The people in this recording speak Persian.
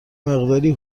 مقداری